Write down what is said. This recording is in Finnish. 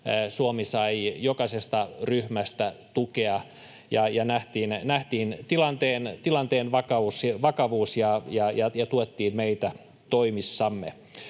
Suomi sai jokaisesta ryhmästä tukea, ja nähtiin tilanteen vakavuus ja tuettiin meitä toimissamme.